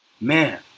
Man